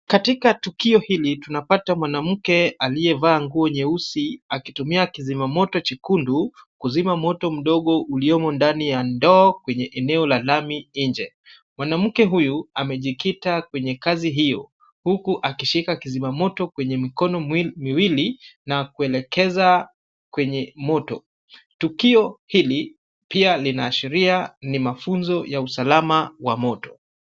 Katika tukio hili tunapata mwanamke aliyevaa nguo nyeusi akitumia kizima moto cha kundu kuzima moto mdogo ulio ndani ya ndoo kwenye eneo la lami nje. Mwanamke huyu amejikita kwenye kazi hiyo. Huku akishika kizima moto kwenye mikono miwili na kuelekeza kwenye moto. Tukio hili pia linaashiria ni mafunzo ya usalama wa moto.